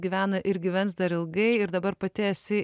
gyvena ir gyvens dar ilgai ir dabar pati esi